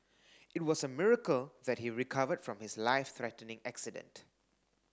it was a miracle that he recovered from his life threatening accident